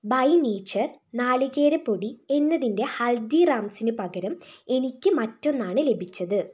by Nature നാളികേര പൊടി എന്നതിന്റെ ഹൽദിറാംസിന് പകരം എനിക്ക് മറ്റൊന്നാണ് ലഭിച്ചത്